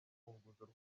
rufunguzo